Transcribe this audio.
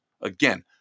again